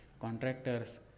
Contractors